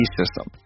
system